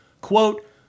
quote